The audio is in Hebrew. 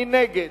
מי נגד?